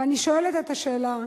ואני שואלת את השאלה,